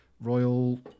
Royal